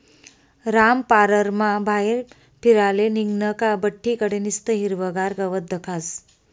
रामपाररमा बाहेर फिराले निंघनं का बठ्ठी कडे निस्तं हिरवंगार गवत दखास